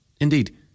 Indeed